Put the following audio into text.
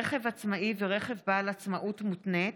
(רכב עצמאי ורכב בעל עצמאות מותנית),